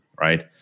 right